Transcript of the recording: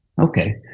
okay